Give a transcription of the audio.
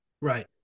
Right